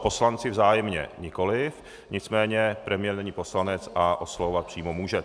Poslanci vzájemně nikoliv, nicméně premiér není poslanec a oslovovat přímo může.